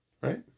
Right